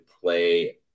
play